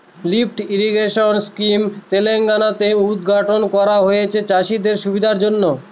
lift irrigation scheme Telangana তে উদ্ঘাটন করা হয়েছে চাষীদের সুবিধার জন্য